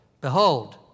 behold